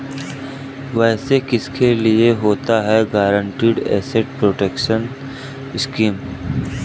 वैसे किसके लिए होता है गारंटीड एसेट प्रोटेक्शन स्कीम?